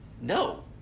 no